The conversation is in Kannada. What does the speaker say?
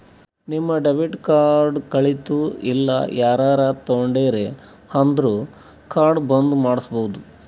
ನಿಮ್ ಡೆಬಿಟ್ ಕಾರ್ಡ್ ಕಳಿತು ಇಲ್ಲ ಯಾರರೇ ತೊಂಡಿರು ಅಂದುರ್ ಕಾರ್ಡ್ ಬಂದ್ ಮಾಡ್ಸಬೋದು